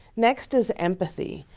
next is empathy.